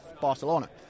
Barcelona